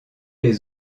les